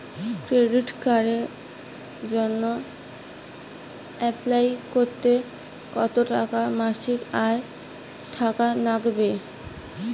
Credit কার্ডের জইন্যে apply করিতে কতো টাকা মাসিক আয় থাকা নাগবে?